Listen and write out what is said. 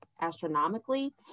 astronomically